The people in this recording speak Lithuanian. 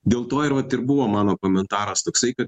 dėl to ir vat ir buvo mano komentaras toksai kad